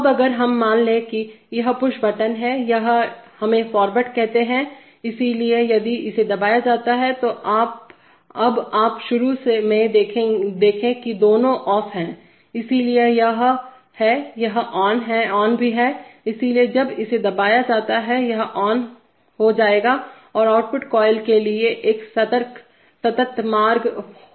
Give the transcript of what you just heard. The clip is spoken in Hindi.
अब अगर हम मान लें कि यह पुश बटन है यह हमें फॉरवर्ड कहते हैं इसलिए यदि इसे दबाया जाता है तो अब आप शुरू में देखें कि दोनों ऑफ हैं इसलिए यह है और यह ऑन भी है इसलिए जब इसे दबाया जाता है यह ऑन जाएगाऔर आउटपुट कॉइल के लिए एक सतत मार्ग होगा